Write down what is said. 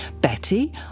Betty